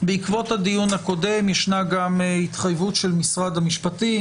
בעקבות הדיון הקודם ישנה גם התחייבות של משרד המשפטים,